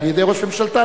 על-ידי ראש ממשלתה,